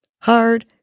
hard